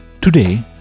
Today